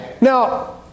Now